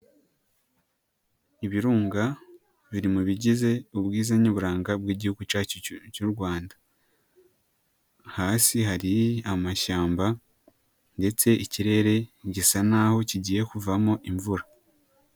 Ibirunga biri mu bigize ubwiza n'uburanga bw'igihugu cyacu cy'u Rwanda, hasi hari amashyamba ndetse ikirere gisa n'aho kigiye kuvamo imvura.